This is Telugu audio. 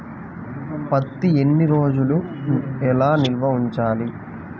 పత్తి ఎన్ని రోజులు ఎలా నిల్వ ఉంచాలి?